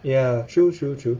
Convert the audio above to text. ya true true true